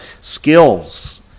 skills